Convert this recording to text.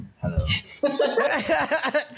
Hello